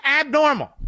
abnormal